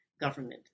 government